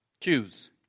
Choose